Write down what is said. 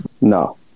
No